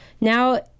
now